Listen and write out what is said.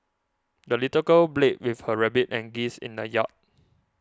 the little girl played with her rabbit and geese in the yard